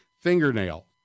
fingernail